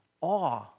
awe